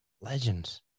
Legends